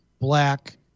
black